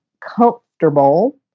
comfortable